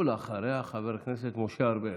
ואחריה, חבר הכנסת משה ארבל.